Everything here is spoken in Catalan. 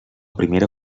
primera